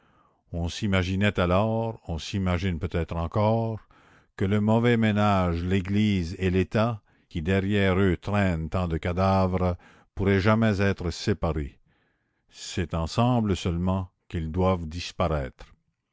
on s'imaginait alors on s'imagine peut-être encore que le mauvais ménage l'église et l'état qui derrière eux traînent tant de cadavres pourraient jamais être séparés c'est ensemble seulement qu'ils doivent disparaître